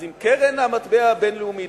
אז אם קרן המטבע הבין-לאומית